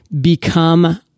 become